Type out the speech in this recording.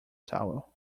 towel